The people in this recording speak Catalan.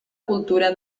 cultura